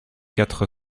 quatre